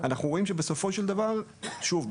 אנחנו רואים שבסופו של דבר שוב,